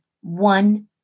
one